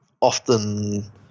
often